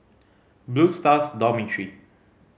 Blue Stars Dormitory